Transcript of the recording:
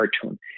cartoon